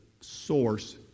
source